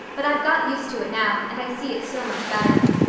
but i've got used to it now and i see it's so much better.